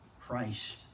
Christ